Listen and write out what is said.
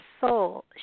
soul